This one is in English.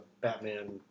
Batman